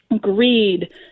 greed